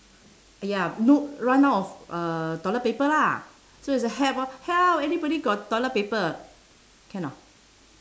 ya no run out of uh toilet paper lah so it's a help lor help anybody got toilet paper can not